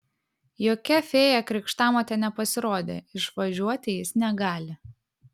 jokia fėja krikštamotė nepasirodė išvažiuoti jis negali